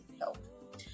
help